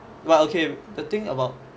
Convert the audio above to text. but okay the thing about